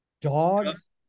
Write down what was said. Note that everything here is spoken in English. dogs